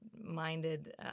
minded